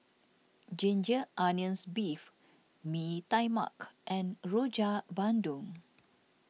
Ginger Onions Beef Mee Tai Mak and Rojak Bandung